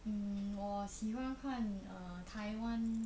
mm 我喜欢看台湾